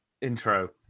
intro